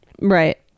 Right